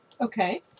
Okay